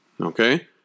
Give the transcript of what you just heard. Okay